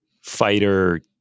fighter